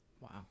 Wow